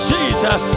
Jesus